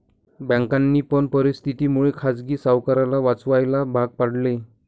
बँकांनी पण परिस्थिती मुळे खाजगी सावकाराला वाचवायला भाग पाडले